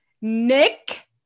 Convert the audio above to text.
Nick